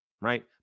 right